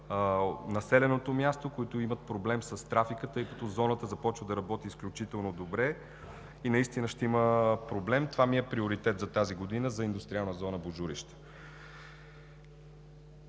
населеното място, които имат проблем с трафика, тъй като зоната започва да работи изключително добре и наистина ще има проблем. Това е приоритет за тази година за Индустриална зона Божурище.